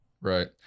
Right